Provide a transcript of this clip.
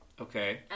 Okay